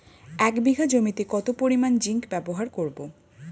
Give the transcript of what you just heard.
এক বিঘা জমিতে কত পরিমান জিংক ব্যবহার করব?